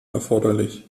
erforderlich